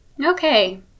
Okay